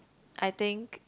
I think